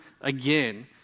again